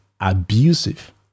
abusive